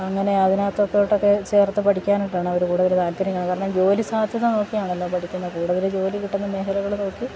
അങ്ങനെ അതിനകത്തൊക്കെ ചേർന്ന് പഠിക്കാനായിട്ടാണ് അവര്ക്ക് കൂടുതല് താല്പര്യം കാരണം ജോലി സാധ്യത നോക്കിയാണല്ലോ പഠിക്കുന്നത് കൂടുതല് ജോലി കിട്ടുന്ന മേഖലകള് നോക്കി